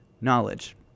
knowledge